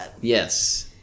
Yes